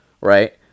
right